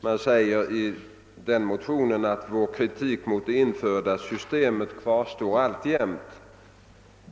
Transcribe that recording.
Man säger nämligen i en motion i frågan: »Vår kritik mot det införda systemet kvarstår alltjämt.